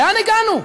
לאן הגענו?